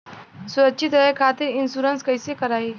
सुरक्षित रहे खातीर इन्शुरन्स कईसे करायी?